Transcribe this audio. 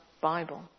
Bible